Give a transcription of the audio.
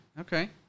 Okay